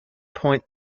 point